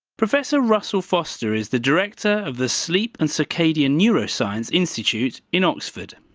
professor russell foster is the director of the sleep and circadian neuroscience institute in oxford.